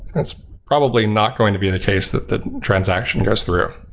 it's probably not going to be the case that the transaction goes through,